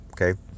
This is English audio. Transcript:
Okay